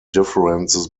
differences